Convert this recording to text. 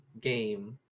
game